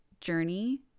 journey